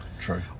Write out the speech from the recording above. true